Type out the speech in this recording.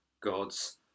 God's